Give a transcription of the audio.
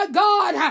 god